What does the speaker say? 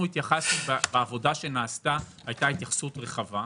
בעבודה שנעשתה הייתה התייחסות רחבה,